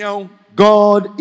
God